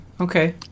Okay